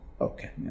Okay